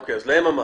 אוקי, אז להם אמרת.